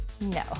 No